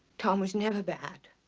tom was never bad.